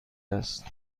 است